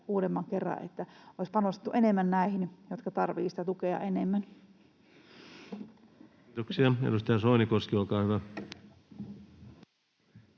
että olisi panostettu enemmän näihin, jotka tarvitsevat sitä tukea enemmän. Kiitoksia. — Edustaja Soinikoski, olkaa hyvä.